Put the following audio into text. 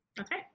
Okay